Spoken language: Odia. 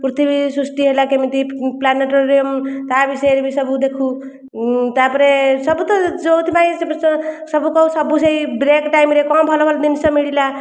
ପୃଥିବୀ ସୃଷ୍ଟି ହେଲା କେମିତି ପ୍ଲାନେଟୋରିୟମ୍ ତା'ବିଷୟରେ ବି ସବୁ ଦେଖୁ ତା'ପରେ ସବୁତ ଯେଉଁଥିପାଇଁ ସବୁ ସେହି ବ୍ରେକ୍ ଟାଇମରେ କ'ଣ ଭଲ ଭଲ ଜିନିଷ ମିଳିଲା